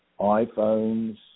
iPhones